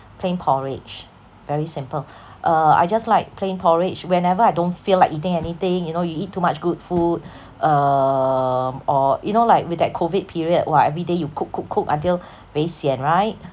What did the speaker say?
plain porridge very simple uh I just like plain porridge whenever I don't feel like eating anything you know you eat too much good food um or you know like with that COVID period !wah! everyday you cook cook cook until very sian right